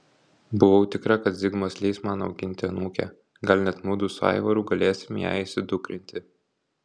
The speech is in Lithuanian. buvau tikra kad zigmas leis man auginti anūkę gal net mudu su aivaru galėsime ją įsidukrinti